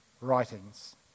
writings